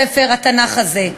בספר התנ"ך הזה,